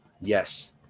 Yes